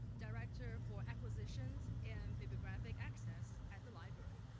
director for acquisitions and bibliographic access at the library.